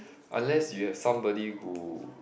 unless you have somebody who